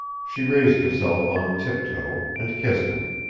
she raised herself on tip-toe, and kissed him.